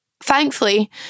thankfully